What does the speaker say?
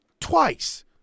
twice